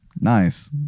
nice